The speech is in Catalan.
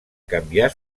canviar